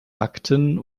akten